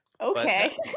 okay